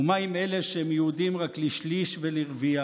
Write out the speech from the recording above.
ומה עם אלה שהם יהודים רק לשליש ולרביע?"